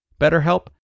BetterHelp